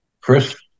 Chris